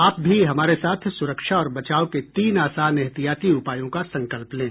आप भी हमारे साथ सुरक्षा और बचाव के तीन आसान एहतियाती उपायों का संकल्प लें